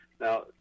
Now